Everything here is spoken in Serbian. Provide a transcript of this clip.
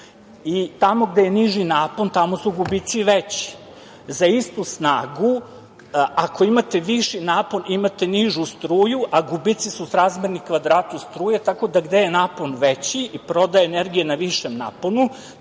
Tamo gde je niži napon, tamo su gubici veći. Za istu snagu, ako imate viši napon imate nižu struju, a gubici su srazmerni kvadratu struje, tako da gde je napon veći i prodaja energije na višem naponu,